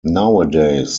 nowadays